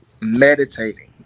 meditating